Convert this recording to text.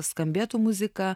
skambėtų muzika